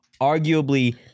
Arguably